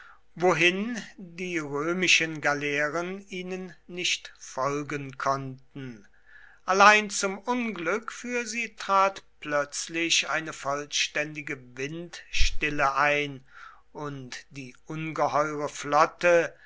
wohin die römischen galeeren ihnen nicht folgen konnten allein zum unglück für sie trat plötzlich eine vollständige windstille ein und die ungeheure flotte